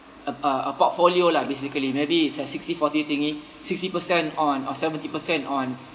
a uh a portfolio lah basically maybe it's like sixty forty thingy sixty percent on or seventy percent on